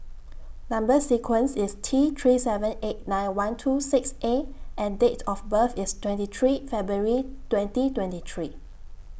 Number sequence IS T three seven eight nine one two six A and Date of birth IS twenty three February twenty twenty three